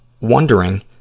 wondering